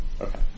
Okay